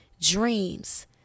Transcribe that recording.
dreams